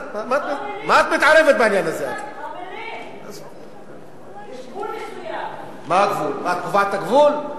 אתה בכנסת, אורגזמה של גזענים.